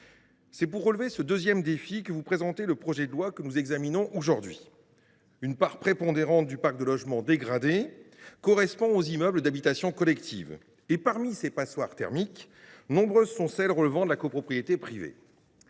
C’est pour relever ce deuxième défi que vous présentez le projet de loi que nous examinons aujourd’hui, monsieur le ministre. Une part prépondérante du parc de logements dégradés correspond aux immeubles d’habitation collective. Parmi ces passoires thermiques, nombreuses sont celles qui relèvent de la copropriété privée.